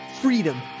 freedom